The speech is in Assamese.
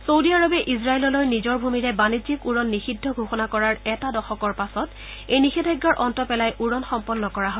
চৌদী আৰৱে ইজৰাইললৈ নিজৰ ভূমিৰে বাণিজ্যিক উৰণ নিষিদ্ধ ঘোষণা কৰাৰ এটা দশকৰ পাছত এই নিষেধাজ্ঞাৰ অন্ত পেলাই উৰণ সম্পন্ন কৰা হয়